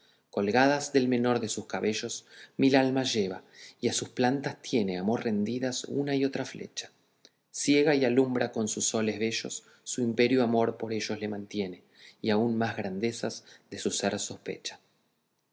colgadas del menor de sus cabellos mil almas lleva y a sus plantas tiene amor rendidas una y otra flecha ciega y alumbra con sus soles bellos su imperio amor por ellos le mantiene y aún más grandezas de su ser sospecha